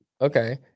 okay